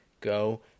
go